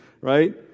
Right